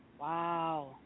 Wow